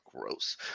Gross